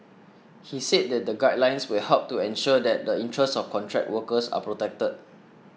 he said that the guidelines will help to ensure that the interests of contract workers are protected